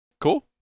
Cool